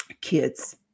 kids